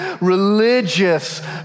religious